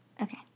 Okay